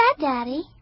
Daddy